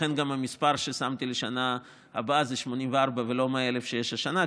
לכן גם המספר ששמתי לשנה הבאה זה 84,000 ולא 100,000 שיש השנה,